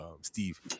Steve